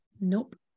Nope